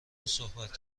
صحبت